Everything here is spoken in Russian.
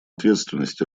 ответственность